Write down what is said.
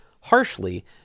harshly